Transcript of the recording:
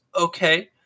okay